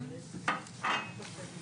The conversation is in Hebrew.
בוקר טוב